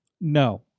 No